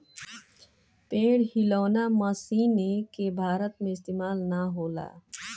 पेड़ हिलौना मशीन के भारत में इस्तेमाल ना होला